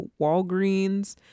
Walgreens